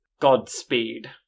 Godspeed